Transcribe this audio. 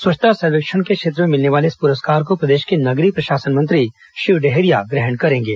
स्वच्छता सर्वेक्षण के क्षेत्र में मिलने वाले इस पुरस्कार को प्रदेश के नगरीय प्रशासन मंत्री शिव डहरिया ग्रहण करेंगे